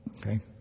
Okay